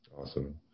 Awesome